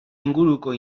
inguruko